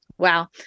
Wow